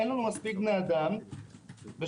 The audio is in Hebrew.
אין לנו מספיק בני אדם ושוטרים,